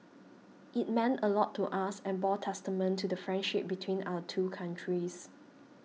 it meant a lot to us and bore testament to the friendship between our two countries